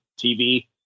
TV